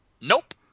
Nope